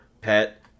pet